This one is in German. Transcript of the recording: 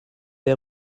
der